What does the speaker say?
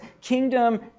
kingdom